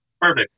Perfect